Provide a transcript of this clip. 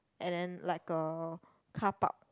and then like a carpark